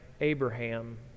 Abraham